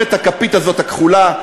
אתה מכיר את הכפית הזאת, הכחולה?